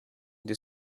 the